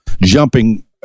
jumping